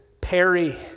Perry